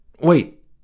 Wait